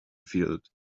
field